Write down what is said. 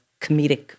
comedic